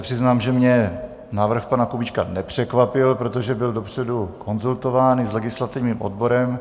Přiznám se, že mě návrh pana Kubíčka nepřekvapil, protože byl dopředu konzultován i s legislativním odborem.